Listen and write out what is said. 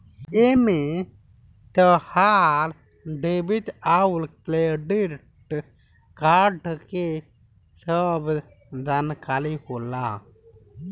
एमे तहार डेबिट अउर क्रेडित कार्ड के सब जानकारी होला